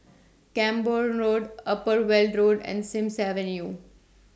Camborne Road Upper Weld Road and Sims Avenue